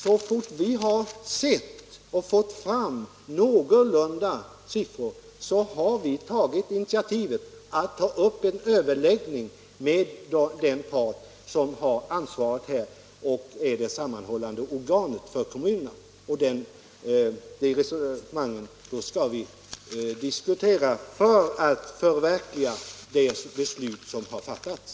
Så fort vi fått fram någorlunda riktiga siffror har vi tagit initiativet till en överläggning med den part som har ansvaret på detta område och som är det sammanhållande organet för kommunerna. Den diskussionen skall föras med målet att förverkliga de beslut som fattats.